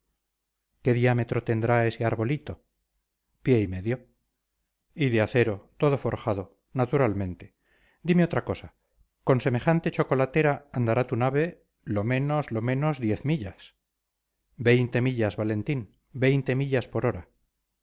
qué diámetro tendrá ese arbolito pie y medio y de acero todo forjado naturalmente dime otra cosa con semejante chocolatera andará tu nave lo menos lo menos diez millas veinte millas valentín veinte millas por hora